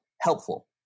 helpful